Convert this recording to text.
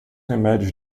remédios